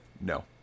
no